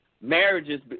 marriages